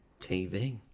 TV